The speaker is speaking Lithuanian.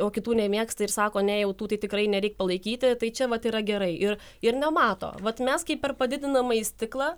o kitų nemėgsta ir sako ne jau tų tai tikrai nereik palaikyti tai čia vat yra gerai ir ir nemato vat mes kaip per padidinamąjį stiklą